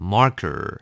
Marker